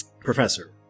professor